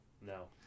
No